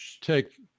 take